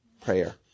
prayer